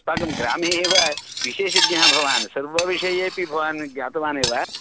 अस्माकं ग्रामे एव विशेषज्ञः भवान् सर्वविषये अपि भवान् ज्ञातवानेव